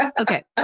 Okay